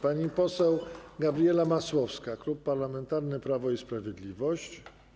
Pani poseł Gabriela Masłowska, Klub Parlamentarny Prawo i Sprawiedliwość.